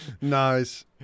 Nice